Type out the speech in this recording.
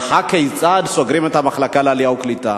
אבל הכיצד סוגרים את המחלקה לעלייה וקליטה?